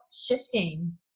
shifting